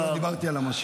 חבל שלא דיברתי על המשיח.